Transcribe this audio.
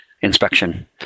inspection